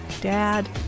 dad